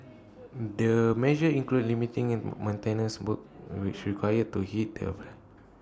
the measures include limiting maintenance work which requires to heat